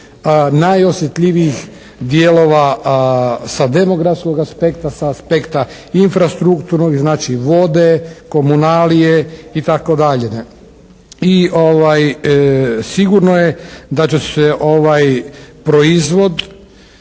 najosjetljivijih dijelova sa demografskog aspekta, sa aspekta infrastrukturnog i znači vode, komunalije itd. I sigurno je da će se proizvod